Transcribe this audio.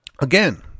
again